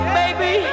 baby